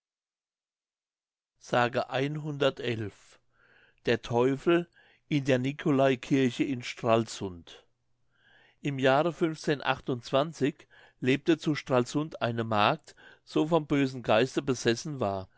der teufel in der nicolaikirche in stralsund im jahre lebte zu stralsund eine magd so vom bösen geiste besessen war